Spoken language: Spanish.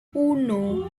uno